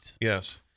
Yes